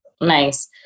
Nice